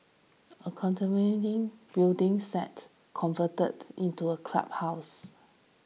a building site converted into a clubhouse